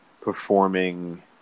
performing